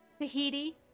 Tahiti